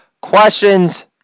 questions